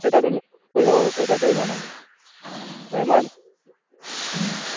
ছয়টাত ওলা অঁ ছয়টাতে ওলাম আমি